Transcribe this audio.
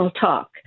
talk